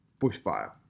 bushfire